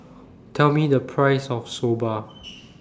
Tell Me The Price of Soba